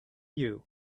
you